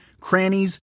crannies